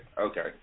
okay